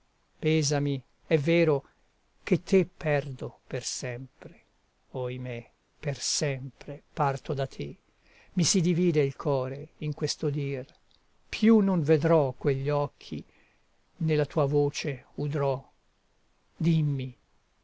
pesami è vero che te perdo per sempre oimè per sempre parto da te i si divide il core in questo dir più non vedrò quegli occhi né la tua voce udrò dimmi